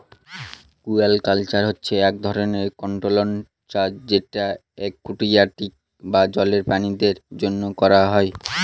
aquaculture হচ্ছে এক ধরনের কন্ট্রোল্ড চাষ যেটা একুয়াটিক বা জলের প্রাণীদের জন্য করা হয়